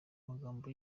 magambo